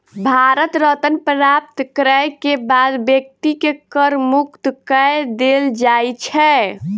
भारत रत्न प्राप्त करय के बाद व्यक्ति के कर मुक्त कय देल जाइ छै